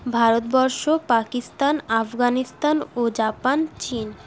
ভারতবর্ষ পাকিস্তান আফগানিস্তান ও জাপান চিন